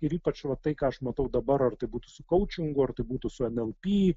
ir ypač va tai ką aš matau dabar ar tai būtų su kaučingu ar tai būtų su en el py